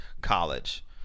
College